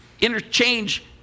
interchange